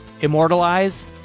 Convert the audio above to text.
Immortalize